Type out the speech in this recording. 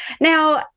Now